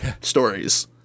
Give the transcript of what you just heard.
stories